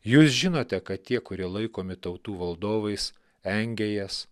jūs žinote kad tie kurie laikomi tautų valdovais engia jas